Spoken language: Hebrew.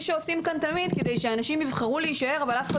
שעושים כאן תמיד כדי שאנשים יבחרו להישאר אבל אף אחד